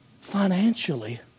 financially